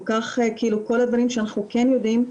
כל הדברים שאנחנו כן יודעים,